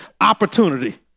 opportunity